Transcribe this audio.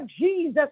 jesus